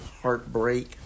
heartbreak